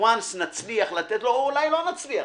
ו-once נצליח לתת לו או אולי לא נצליח,